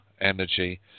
energy